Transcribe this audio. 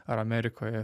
ar amerikoje